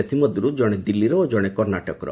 ସେଥିମଧ୍ୟରୁ ଜଣେ ଦିଲ୍ଲୀର ଓ ଜଣେ କର୍ଷ୍ଣାଟକର